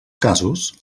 casos